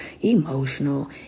emotional